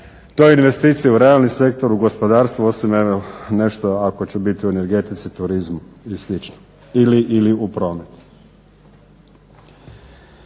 to investicije u realni sektor u gospodarstvo osim nešto ako će biti u energetici, turizmu ili slično ili u